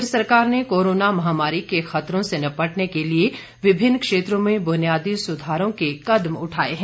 केंद्र सरकार ने कोरोना महामारी के खतरों से निपटने के लिए विभिन्न क्षेत्रों में बुनियादी सुधारों के कदम उठाये हैं